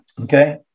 Okay